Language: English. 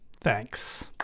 Thanks